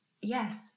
yes